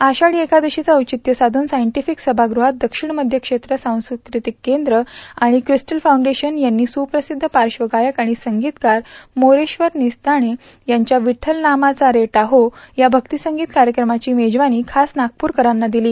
आषाढी एकादशीचे औवित्य साधनू सायन्दिफिक सभागझत दक्षिण मध्य क्षेत्र सांस्कृतिक केंद्र आणि किस्टल फाऊंडेशन यांनी सुप्रसिद्ध पार्श्वगायक तया संगीतकार मोरेश्वर निस्ताने यांच्या विठ्ठल नामाचा रे दाहो या भक्तीसंगीत कार्यक्रमाची मेजवानी खास नागपूरकरांना दिली